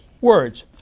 words